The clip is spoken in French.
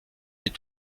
est